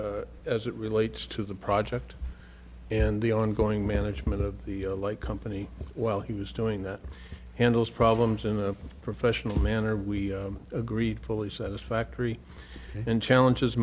as it relates to the project and the ongoing management of the like company while he was doing that handles problems in a professional manner we agreed fully satisfactory and challenges